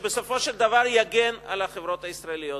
שבסופו של דבר יגן על החברות הישראליות.